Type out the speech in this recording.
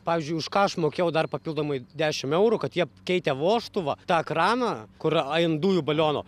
pavyzdžiui už ką aš mokėjau dar papildomai dešim eurų kad jie keitė vožtuvą tą kraną kur ant dujų baliono